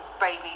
baby